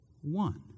one